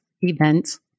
events